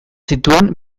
zituen